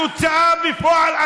בתוצאה בפועל,